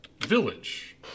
village